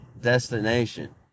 destination